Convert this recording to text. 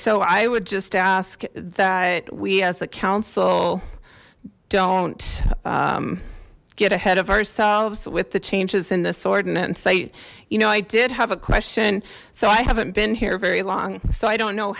so i would just ask that we as a council don't get ahead of ourselves with the changes in this ordinance i you know i did have a question so i haven't been here very long so i don't know